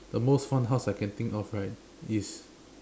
the most fun house I can think of right is